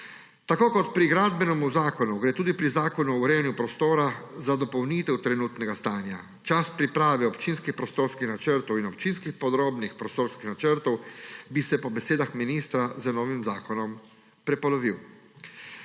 Tako kot pri gradbenem zakonu gre tudi pri zakonu o urejanju prostora za dopolnitev trenutnega stanja. Čas priprave občinskih prostorskih načrtov in občinskih podrobnih prostorskih načrtov bi se po besedah ministra z novim zakonom prepolovil.